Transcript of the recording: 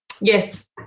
yes